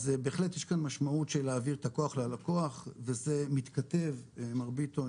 בהחלט יש כאן משמעות של להעביר את הכוח ללקוח וזה מתכתב מר ביטון